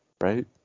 Right